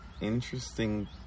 Interesting